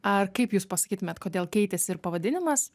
ar kaip jūs pasakytumėt kodėl keitėsi ir pavadinimas